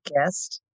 guest